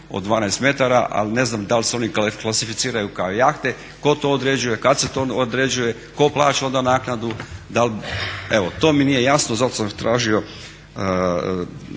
od 12 metara ali ne znam da li se oni klasificiraju kao jahte. Tko to određuje, kad se to određuje, tko plaća onda naknadu. Evo to mi nije jasno, zato sam tražio